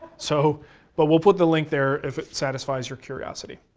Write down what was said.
so but we'll put the link there if it satisfies your curiosity.